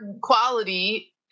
quality